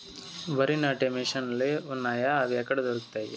వరి నాటే మిషన్ ను లు వున్నాయా? అవి ఎక్కడ దొరుకుతాయి?